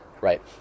right